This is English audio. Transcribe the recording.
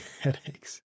headaches